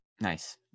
Nice